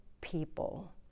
people